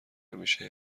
همیشه